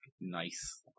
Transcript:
nice